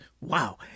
wow